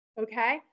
okay